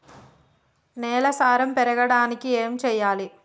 నేల సారం పెరగడానికి ఏం చేయాలి?